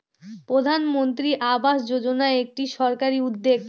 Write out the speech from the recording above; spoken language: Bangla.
প্রধানমন্ত্রী আবাস যোজনা একটি সরকারি উদ্যোগ